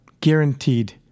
guaranteed